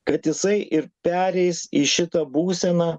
kad jisai ir pereis į šitą būseną